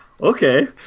okay